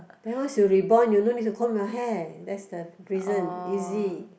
then once you rebond you no need to comb your hair that's the reason easy